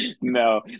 No